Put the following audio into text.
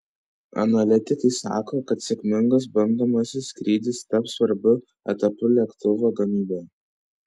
analitikai sako kad sėkmingas bandomasis skrydis taps svarbiu etapu lėktuvo gamyboje